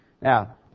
Now